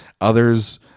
others